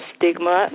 stigma